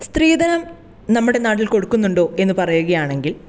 സ്ത്രീധനം നമ്മുടെ നാട്ടിൽ കൊടുക്കുന്നുണ്ടോ എന്ന് പറയുകയാണെങ്കിൽ